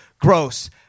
Gross